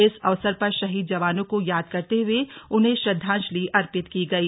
इस अवसर पर शहीद जवानों को याद करते हुए उन्हें श्रद्धांजलि अर्पित की गई